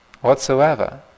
whatsoever